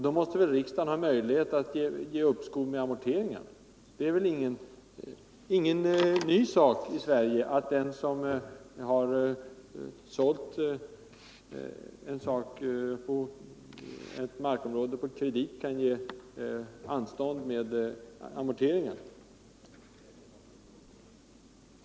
Då måste väl riksdagen ha möjlighet att ge uppskov med amorteringar! Det är ingen ny sak i Sverige att den som har sålt ett markområde på kredit kan ge anstånd med amorteringarna.